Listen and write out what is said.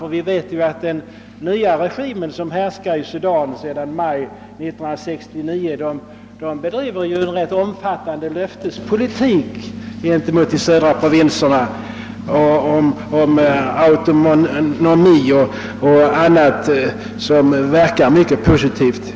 Vi vet ju att den nya regimen som härskar i Sudan sedan i maj 1969 bedriver en ganska omfattande löftespolitik gentemot de södra provinserna om autonomi och annat, som verkar mycket positivt.